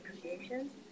creations